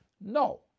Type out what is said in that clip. No